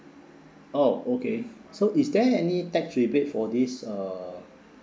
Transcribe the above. oh okay so is there any tax rebate for this uh